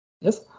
Yes